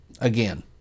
again